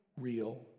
real